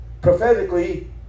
prophetically